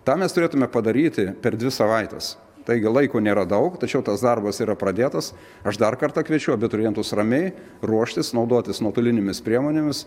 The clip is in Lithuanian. tą mes turėtume padaryti per dvi savaites taigi laiko nėra daug tačiau tas darbas yra pradėtas aš dar kartą kviečiu abiturientus ramiai ruoštis naudotis nuotolinėmis priemonėmis